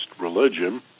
religion